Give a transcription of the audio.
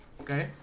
okay